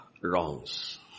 wrongs